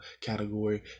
category